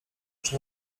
czy